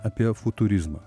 apie futurizmą